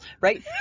right